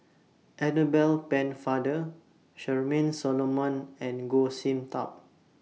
Annabel Pennefather Charmaine Solomon and Goh Sin Tub